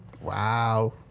Wow